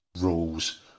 rules